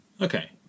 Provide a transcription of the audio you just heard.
Okay